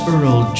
Earl